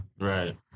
Right